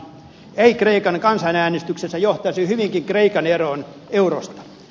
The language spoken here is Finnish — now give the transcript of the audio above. ei kreikan kansanäänestyksessä johtaisi hyvinkin kreikan eroon eurosta